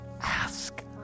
ask